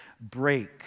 break